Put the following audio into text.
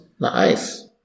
Nice